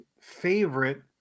favorite